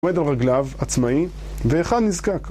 עומד על רגליו, עצמאי, ואחד נזקק